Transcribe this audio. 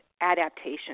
adaptation